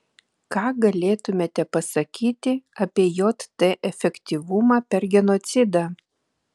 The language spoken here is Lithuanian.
ką galėtumėte pasakyti apie jt efektyvumą per genocidą